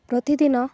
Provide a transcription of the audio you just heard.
ପ୍ରତିଦିନ